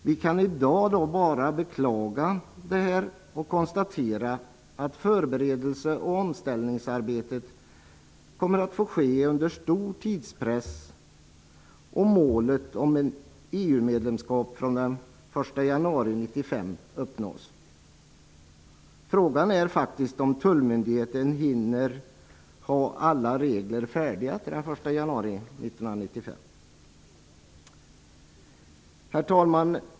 Vi kan i dag bara beklaga detta och konstatera att förberedelse och omställningsarbetet kommer att få ske under stor tidspress om målet om EU Frågan är om tullmyndigheten hinner ha alla regler färdiga till dess. Herr talman!